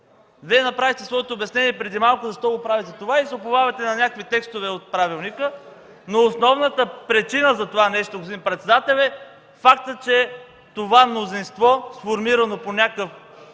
направихте своето обяснение защо правите това, като се уповавате на някакви текстове от правилника, но основната причина за това нещо, господин председател, е фактът, че мнозинството, сформирано по някакъв